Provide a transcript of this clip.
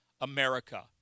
America